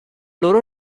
loro